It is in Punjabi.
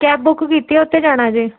ਕੈਬ ਬੁੱਕ ਕੀਤੀ ਆ ਉੱਤੇ ਜਾਣਾ ਜੀ